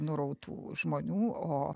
nurautų žmonių o